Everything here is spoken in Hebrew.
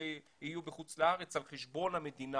ויהיו בחוץ לארץ על חשבון המדינה.